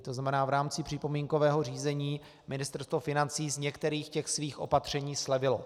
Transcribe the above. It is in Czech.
To znamená, v rámci připomínkového řízení Ministerstvo financí z některých svých opatření slevilo.